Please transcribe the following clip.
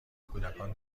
کودکان